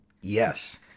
Yes